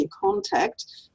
contact